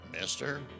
Mister